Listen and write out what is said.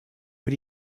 but